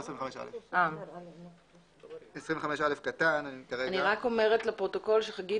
לא על 25א. אני רק אומרת לפרוטוקול שחגית